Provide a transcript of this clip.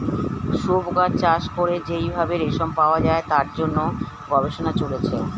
শুয়োপোকা চাষ করে যেই ভাবে রেশম পাওয়া যায় তার জন্য গবেষণা চলছে